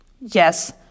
Yes